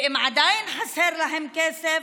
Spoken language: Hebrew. ואם עדיין חסר להם כסף,